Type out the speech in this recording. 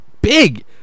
big